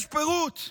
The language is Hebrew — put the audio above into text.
יש פירוט: